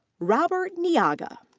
robert nyaga.